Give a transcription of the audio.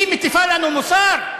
היא מטיפה לנו מוסר?